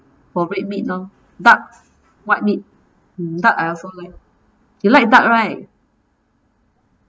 for red meat lor ducks white meat duck I also like you like duck right